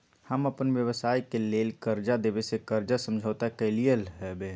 हम अप्पन व्यवसाय के लेल कर्जा देबे से कर्जा समझौता कलियइ हबे